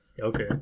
Okay